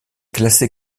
classé